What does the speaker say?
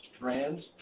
brands